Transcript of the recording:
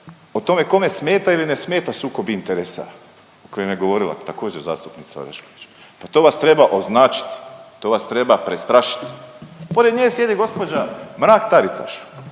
o tome kome smeta ili ne smeta sukob interesa o kojem je govorila također zastupnica Orešković. Pa to vas treba označiti, to vas treba prestrašiti. Pored nje sjedi gospođa Mrak-Taritaš.